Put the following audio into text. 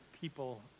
people